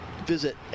Visit